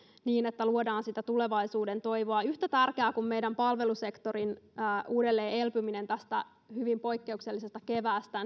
niin että luodaan sitä tulevaisuudentoivoa yhtä tärkeää kuin meidän palvelusektorin uudelleenelpyminen tästä hyvin poikkeuksellisesta keväästä